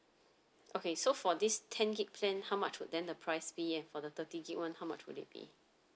okay so for this ten gig plan how much would then the price be and for the thirty gig one how much would it be